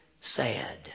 sad